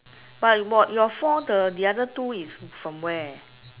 but your four is the the other two is from where